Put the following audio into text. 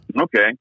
Okay